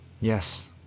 Yes